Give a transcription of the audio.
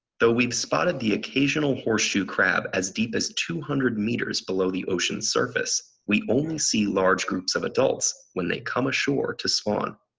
though we've spotted the occasional horseshoe crab as deep as two hundred meters below the ocean's surface we only see large groups of adults when they come ashore to spawn.